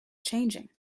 changing